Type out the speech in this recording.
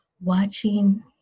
watching